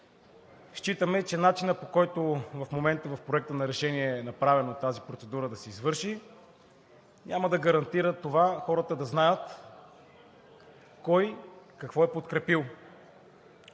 Считаме, че начинът, по който в момента в Проекта на решение е направена тази процедура да се извърши, няма да гарантира това хората да знаят кой какво е подкрепил.